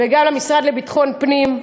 וגם למשרד לביטחון הפנים,